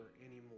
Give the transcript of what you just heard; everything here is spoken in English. anymore